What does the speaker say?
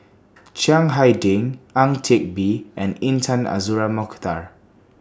Chiang Hai Ding Ang Teck Bee and Intan Azura Mokhtar